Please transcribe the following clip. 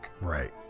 Right